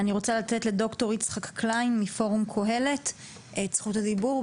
אני רוצה לתת לד"ר יצחק קליין מ'פורום קהלת' את זכות הדיבור,